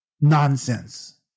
Nonsense